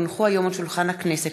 כי הונחו היום על שולחן הכנסת,